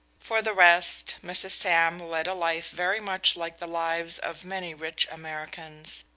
for the rest, mrs. sam led a life very much like the lives of many rich americans.